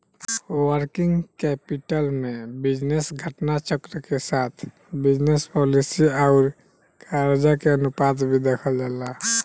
working capital में business घटना चक्र के साथ बिजनस पॉलिसी आउर करजा के अनुपात भी देखल जाला